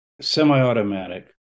semi-automatic